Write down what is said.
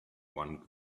one